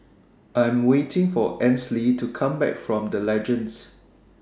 I'm waiting For Ansley to Come Back from The Legends